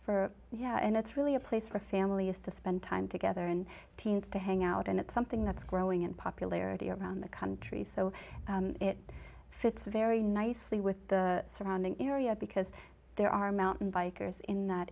for yeah and it's really a place for families to spend time together and teens to hang out and it's something that's growing in popularity around the country so it fits very nicely with the surrounding area because there are mountain bikers in that